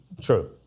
true